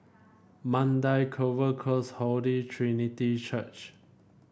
Mandai Clover Close Holy Trinity Church